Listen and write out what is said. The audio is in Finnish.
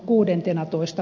päivänä